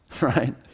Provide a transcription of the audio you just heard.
right